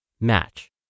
match